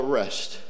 rest